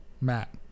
Matt